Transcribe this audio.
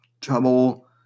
trouble